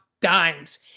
dimes